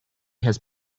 has